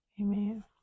amen